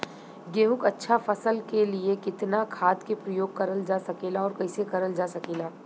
गेहूँक अच्छा फसल क लिए कितना खाद के प्रयोग करल जा सकेला और कैसे करल जा सकेला?